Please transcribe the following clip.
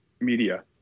media